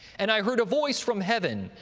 and i heard a voice from heaven,